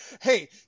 Hey